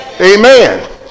Amen